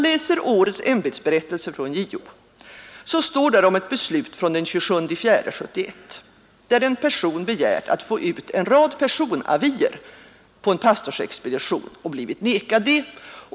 I årets ämbetsberättelse från JO skildras ett beslut från den 27 april 1971, där en person begärt att få ut en rad personavier på en pastorsexpedition och blivit vägrad detta.